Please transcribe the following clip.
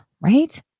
right